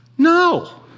No